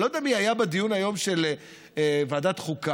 אני לא יודע מי היה היום בדיון בוועדת חוקה.